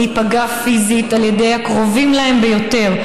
להיפגע פיזית על ידי הקרובים להן ביותר,